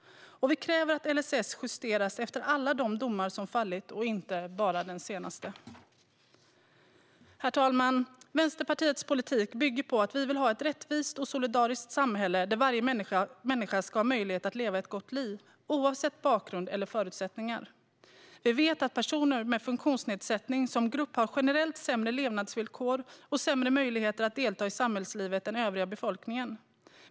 Vi kräver också att LSS justeras med tanke på alla de domar som fallit, inte bara den senaste. Herr talman! Vänsterpartiets politik bygger på att vi vill ha ett rättvist och solidariskt samhälle där varje människa ska ha möjlighet att leva ett gott liv, oavsett bakgrund eller förutsättningar. Vi vet att personer med funktionsnedsättning som grupp generellt sett har sämre levnadsvillkor och sämre möjligheter att delta i samhällslivet än övriga befolkningen.